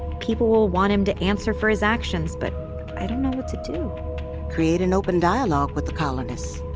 people will want him to answer for his actions, but i don't know what to do create an open dialogue with the colonists.